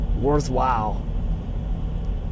worthwhile